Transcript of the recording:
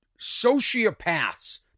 sociopaths